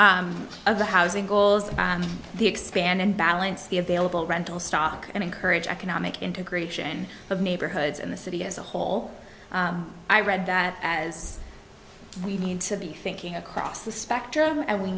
of the housing goals and the expand and balance the available rental stock and encourage economic integration of neighborhoods in the city as a whole i read that as we need to be thinking across the spectrum and we